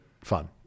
fun